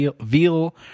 veal